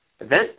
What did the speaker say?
event